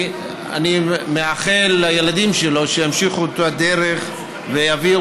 אני מאחל לילדים שלו שימשיכו באותה הדרך ויביאו